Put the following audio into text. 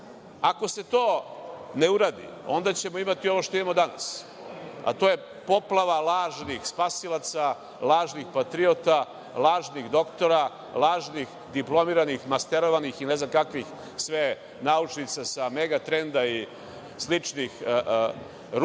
se to ne uradi, onda ćemo imati ono što imamo danas, a to je poplava lažnih spasilaca, lažnih patriota, lažnih doktora, lažnih diplomiranih, masterovanih ili ne znam kakvih sve naučnika sa „Megatrenda“ i sličnih rupa